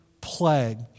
plague